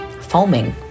foaming